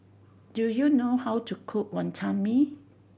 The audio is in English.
do you know how to cook Wantan Mee